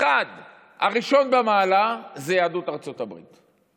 הראשון במעלה, זה יהדות ארצות הברית,